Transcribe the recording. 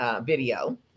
video